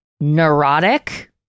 neurotic